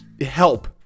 help